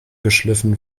geschliffen